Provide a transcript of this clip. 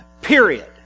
Period